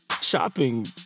shopping